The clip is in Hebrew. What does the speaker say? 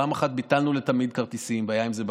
פעם אחת ביטלנו לתמיד כרטיסים, והיה עם זה בלגן,